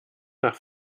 nach